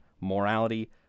morality